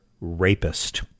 rapist